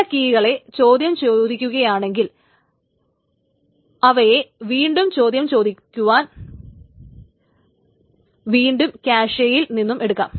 ചില കീകളെ ചോദ്യം ചോദിക്കുകയാണെങ്കിൽ അവയെ വീണ്ടും ചോദ്യം ചോദിക്കുവാൻ വേണ്ടും ക്യാഷേയിൽ നിന്നും എടുക്കാം